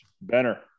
Benner